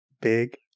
big